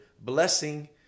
blessing